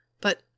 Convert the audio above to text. But